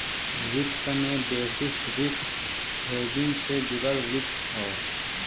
वित्त में basis risk hedging से जुड़ल रिस्क हौ